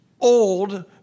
old